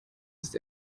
ist